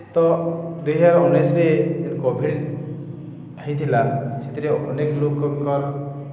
ତ ଦୁଇ ହଜାର୍ ଉଣେଇଶ୍ରେ କୋଭିଡ଼୍ ହେଇଥିଲା ସେଥିରେ ଅନେକ୍ ଲୋକଙ୍କର୍